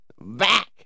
Back